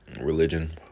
religion